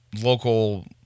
local